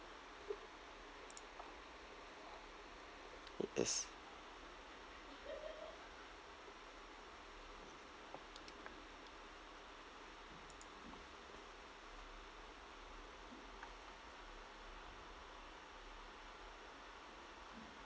yes